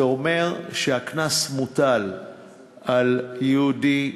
זה אומר שהקנס מוטל על יהודי,